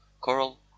coral